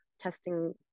testing